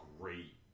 great